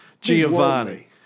Giovanni